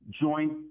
joint